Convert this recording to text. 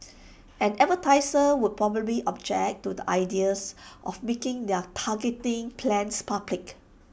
and advertisers would probably object to the ideas of making their targeting plans public